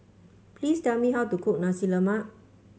please tell me how to cook Nasi Lemak